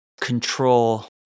control